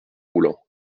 roulant